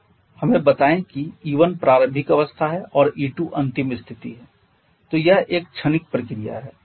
हमें बताएं कि E1 प्रारंभिक अवस्था है और E2 अंतिम स्थिति है तो यह एक क्षणिक प्रक्रिया है